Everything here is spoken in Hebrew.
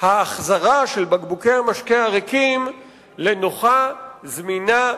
ההחזרה של בקבוקי המשקה הריקים לנוחה, זמינה,